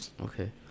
Okay